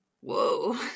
Whoa